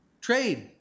trade